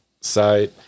side